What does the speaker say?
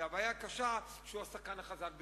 והבעיה הקשה היא שהוא השחקן החזק ביותר,